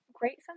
great